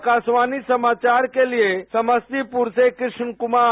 आकाशवाणी समाचार के लिए समस्तीपुर से कृष्ण कुमार